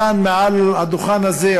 כאן מעל הדוכן הזה,